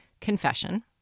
Confession